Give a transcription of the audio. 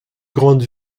grande